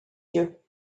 yeux